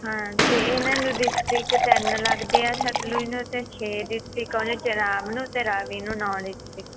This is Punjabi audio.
ਹਾਂ ਅਤੇ ਇਹਨਾਂ ਨੂੰ ਡਿਸਟਿਕਟ ਤਿੰਨ ਲੱਗਦੇ ਆ ਸਤਲੁਜ ਨੂੰ ਅਤੇ ਛੇ ਡਿਸਟਿਕਟ ਆਉਂਦੇ ਚਨਾਬ ਨੂੰ ਅਤੇ ਰਾਵੀ ਨੂੰ ਨੌਂ ਡਿਸਟਿਕਟਸ